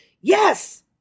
Yes